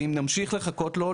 ואם נמשיך לחכות לו,